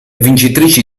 vincitrici